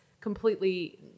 completely